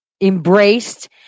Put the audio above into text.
embraced